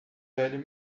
velho